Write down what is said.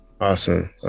Awesome